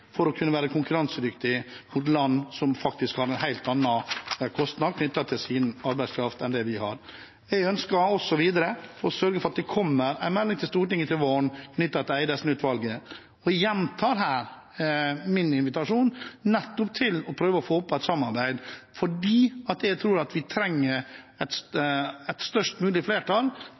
for å kunne være konkurransedyktige overfor land som har en helt annen kostnad med sin arbeidskraft enn det vi har. Jeg ønsker videre å sørge for at det kommer en melding til Stortinget til våren, knyttet til Eidesen-utvalget. Jeg gjentar her min invitasjon til nettopp å prøve å få opp et samarbeid, fordi jeg tror vi trenger et størst mulig flertall